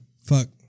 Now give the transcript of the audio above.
fuck